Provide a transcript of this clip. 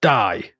die